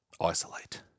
Isolate